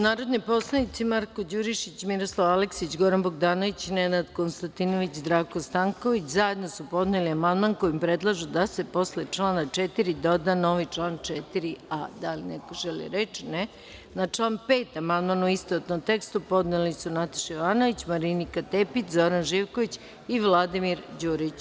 Narodni poslanici – Marko Đurišić, Miroslav Aleksić, Goran Bogdanović, Nenad Konstantinović, Zdravko Stanković, zajedno su podneli amandman kojim predlažu da se posle člana 4. doda novi član 4a. Da li neko želi reč? (Ne) Na član 5. amandman, u istovetnom tekstu, podneli su Nataša Jovanović, Marinika Tepić, Zoran Živković i Vladimir Đurić.